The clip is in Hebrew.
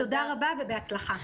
תודה רבה ובהצלחה.